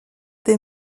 des